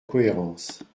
cohérence